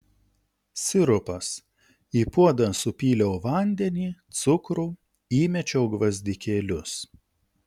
sirupas į puodą supyliau vandenį cukrų įmečiau gvazdikėlius